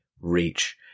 reach